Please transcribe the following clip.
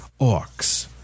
orcs